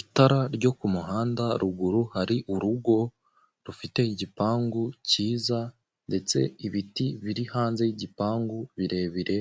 Itara ryo ku kumuhanda, ruguru hari urugo, rufite igipangu cyiza, ndetse ibiti biri hanze y'igipangu birebire,